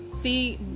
See